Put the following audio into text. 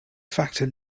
factor